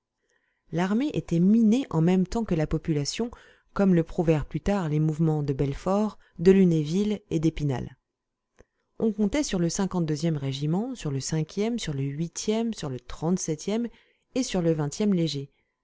l'armée était minée en même temps que la population comme le prouvèrent plus tard les mouvements de belfort de lunéville et d'épinal on comptait sur le cinquante deuxième régiment sur le cinquième sur le huitième sur le trente-septième et sur le vingtième léger